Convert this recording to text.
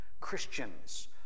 Christians